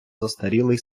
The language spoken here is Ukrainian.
застарілий